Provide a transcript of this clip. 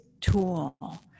tool